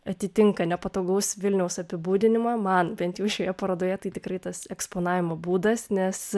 atitinka nepatogaus vilniaus apibūdinimą man bent jau šioje parodoje tai tikrai tas eksponavimo būdas nes